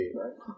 right